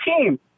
team